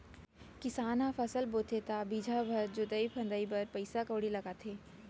किसान ह फसल बोथे त बीजहा बर, जोतई फंदई बर पइसा कउड़ी लगाथे